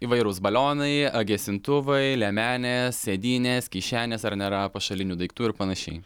įvairūs balionai gesintuvai liemenės sėdynės kišenės ar nėra pašalinių daiktų ir panašiai